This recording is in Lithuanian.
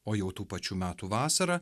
o jau tų pačių metų vasarą